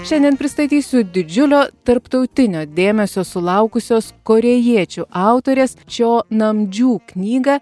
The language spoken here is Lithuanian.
šiandien pristatysiu didžiulio tarptautinio dėmesio sulaukusios korėjiečių autorės čio namdžiu knygą